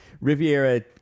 Riviera